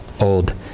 Old